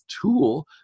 tool